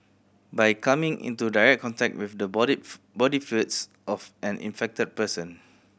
by coming into direct contact with the body body fluids of an infected person